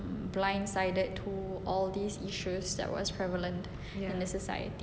blind sided to all these issues that was prevalent to this society